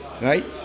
right